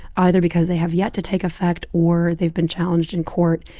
either because they have yet to take effect, or they've been challenged in court.